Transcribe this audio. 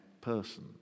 person